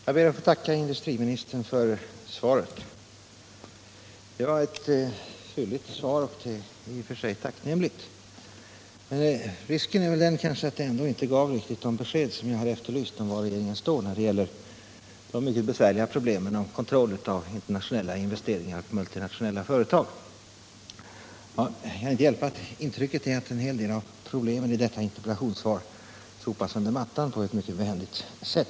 Herr talman! Jag ber att få tacka industriministern för svaret. Det var ett fylligt svar — och det är i och för sig tacknämligt — men risken är väl den att det kanske ändå inte gav riktigt de besked som jag hade efterlyst om var regeringen står när det gäller de mycket besvärliga problemen med kontroll av internationella investeringar och multinationella företag. Jag kan inte hjälpa att mitt intryck är att en hel del av problemen har sopats under mattan i detta interpellationssvar på ett mycket behändigt sätt.